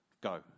Go